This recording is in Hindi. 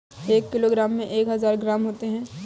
एक किलोग्राम में एक हजार ग्राम होते हैं